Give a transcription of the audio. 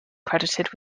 credited